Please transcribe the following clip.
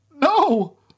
No